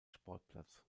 sportplatz